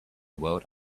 world